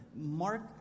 Mark